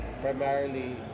primarily